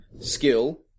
skill